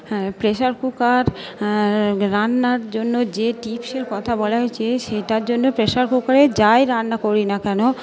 হ্যাঁ pressure cooker রান্নার জন্য যে টিপসের কথা বলা হয়েছে সেটার জন্য প্রেশার কুকারে যাই রান্না করি না কেন